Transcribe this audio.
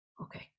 okay